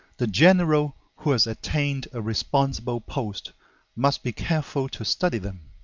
the general who has attained a responsible post must be careful to study them.